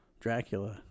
Dracula